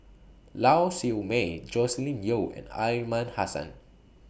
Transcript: Lau Siew Mei Joscelin Yeo and Aliman Hassan